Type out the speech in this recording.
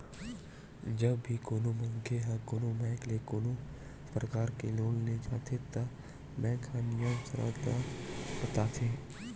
जब भी कोनो मनखे ह कोनो बेंक ले कोनो परकार के लोन ले जाथे त बेंक ह नियम सरत ल बताथे